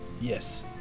Yes